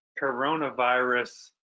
coronavirus